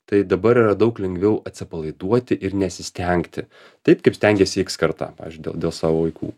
tai dabar yra daug lengviau atsipalaiduoti ir nesistengti taip kaip stengėsi iks karta pavyžiu dėl dėl savo vaikų